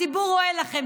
הציבור רואה לכם.